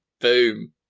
Boom